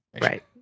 Right